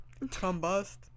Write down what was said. Combust